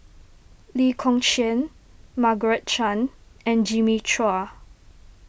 Lee Kong Chian Margaret Chan and Jimmy Chua